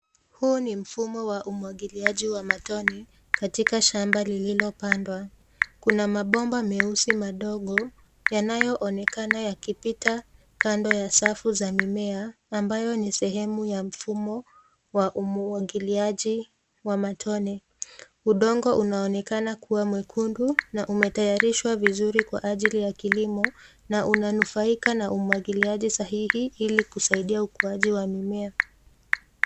Huu ni mfumo wa umwagiliaji wa matone katika shamba lililopandwa. Kuna mabomba meusi madogo yanayoonekana yakipita kando ya safu za mimea ambayo ni sehemu ya mfumo wa umwagiliaji wa matone. Udongo unaonekana kuwa mwekundu na umetayarishwa vizuri kwa ajili ya kilimo na unanufaika na umwagiliaji sahihi ili kusaidia ukuaji wa mimea.